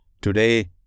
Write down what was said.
today